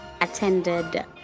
attended